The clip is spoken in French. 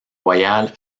royal